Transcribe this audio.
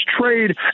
trade